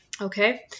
Okay